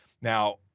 Now